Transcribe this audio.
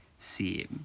see